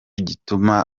gituma